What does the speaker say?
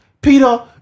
Peter